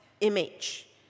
image